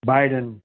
Biden